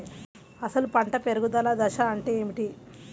అసలు పంట పెరుగుదల దశ అంటే ఏమిటి?